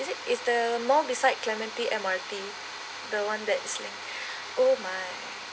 is it is the mall beside clementi M_R_T the one that's link oh my